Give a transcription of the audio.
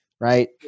Right